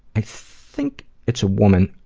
i think it's a woman,